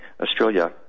Australia